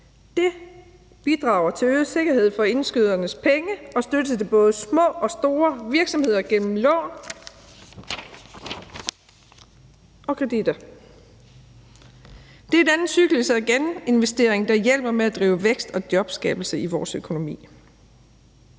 Det bidrager til øget sikkerhed for indskydernes penge og støtte til både små og store virksomheder gennem lån og kreditter. Det er denne cyklus af geninvestering, der hjælper med til at drive vækst og jobskabelse i vores økonomi.